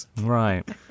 Right